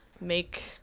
make